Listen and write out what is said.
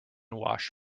wash